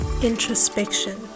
introspection